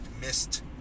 missed